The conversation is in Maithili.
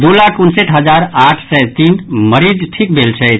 दू लाख उनसठि हजार आठ सय तीन मरीज ठीक भेल छथि